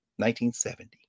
1970